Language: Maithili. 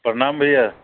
प्रणाम भैया